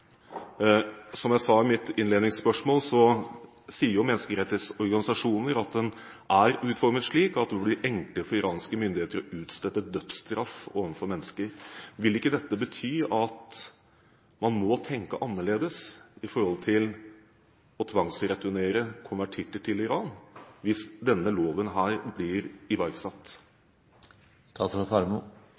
mitt innledningsspørsmål, sier menneskerettighetsorganisasjoner at loven er utformet slik at det vil bli enklere for iranske myndigheter å utstede dødsstraff overfor mennesker. Vil ikke dette bety at man må tenke annerledes med hensyn til å tvangsreturnere konvertitter til Iran, hvis denne loven blir